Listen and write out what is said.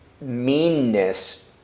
meanness